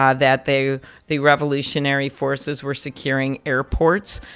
um that they the revolutionary forces were securing airports.